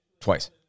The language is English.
twice